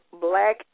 Black